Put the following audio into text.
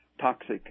toxic